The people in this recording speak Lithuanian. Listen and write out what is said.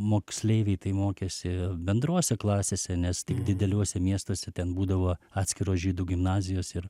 moksleiviai mokėsi bendrose klasėse nes tik dideliuose miestuose ten būdavo atskiros žydų gimnazijos ir